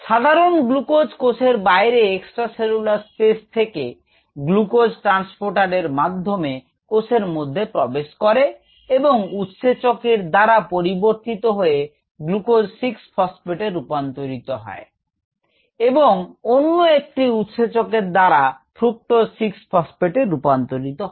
সাধারণ গ্লুকোজ কোষের বাইরে এক্সট্রা সেলুলার স্পেস থেকে গ্লুকোজ ট্রান্সপোর্টার এর মাধ্যমে কোষের মধ্যে প্রবেশ করে এবং উৎসেচকের দ্বারা পরিবর্তিত হয়ে গ্লুকোজ 6 ফসফেটএ রূপান্তরিত হয় এবংঅন্য একটি উৎসেচকের দ্বারা ফ্রুকটোজ 6 ফসফেটএ রূপান্তরিত হয়